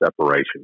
separation